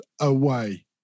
away